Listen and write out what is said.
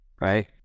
right